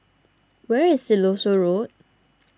where is Siloso Road